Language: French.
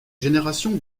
générations